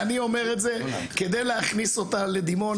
אני אומר את זה כדי להכניס אותה לדימונה,